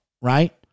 Right